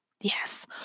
Yes